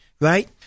right